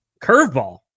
curveball